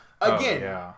Again